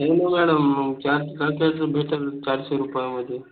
नाही ना मॅडम चार चारचं भेटल चारशे रुपयामध्ये